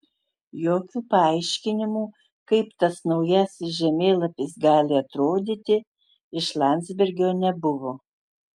jokių paaiškinimų kaip tas naujasis žemėlapis gali atrodyti iš landsbergio nebuvo